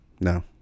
No